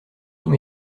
tous